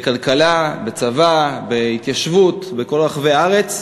בכלכלה, בצבא, בהתיישבות בכל רחבי הארץ,